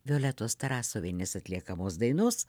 violetos tarasovienės atliekamos dainos